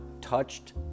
touched